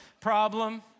problem